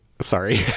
Sorry